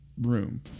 room